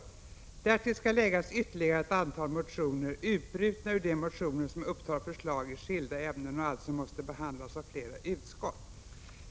Därtill skall läggas ytterligare ett antal motioner, utbrutna ur de motioner som upptar förslag i skilda ämnen och alltså måste behandlas av flera utskott.